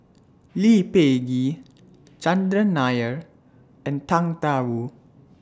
Lee Peh Gee Chandran Nair and Tang DA Wu